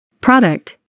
Product